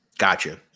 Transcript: Gotcha